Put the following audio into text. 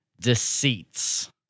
deceits